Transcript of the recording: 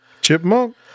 Chipmunk